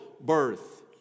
birth